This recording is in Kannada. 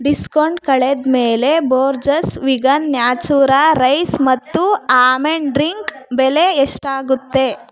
ಡಿಸ್ಕೌಂಟ್ ಕಳೆದ ಮೇಲೆ ಬೋರ್ಜಸ್ ವಿಗನ್ ನ್ಯಾಚುರಾ ರೈಸ್ ಮತ್ತು ಆಮೆಂಡ್ ಡ್ರಿಂಕ್ ಬೆಲೆ ಎಷ್ಟಾಗುತ್ತೆ